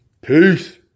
Peace